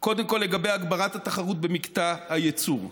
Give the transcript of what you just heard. קודם כול לגבי הגברת התחרות במקטע הייצור.